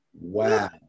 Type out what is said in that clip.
Wow